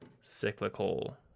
cyclical